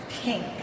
pink